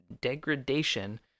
degradation